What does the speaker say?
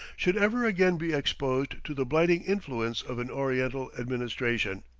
should ever again be exposed to the blighting influence of an oriental administration.